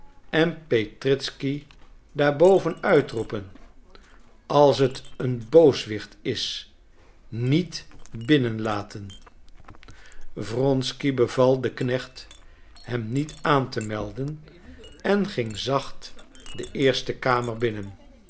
en petritzky daarboven uit roepen als t een booswicht is niet binnen laten wronsky beval den knecht hem niet aan te melden en ging zacht de eerste kamer binnen